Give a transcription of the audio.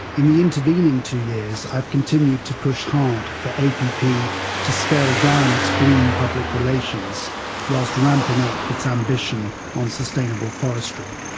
in the intervening two years i've continued to push hard for app to scale down its green public relations whilst ramping up its ambition on sustainable forestry.